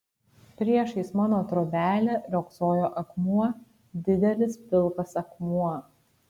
priešais mano trobelę riogsojo akmuo didelis pilkas akmuo